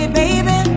baby